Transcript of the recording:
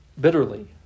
bitterly